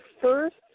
first